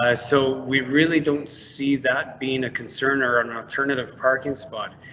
ah so we really don't see that being a concern or an alternative parking spot.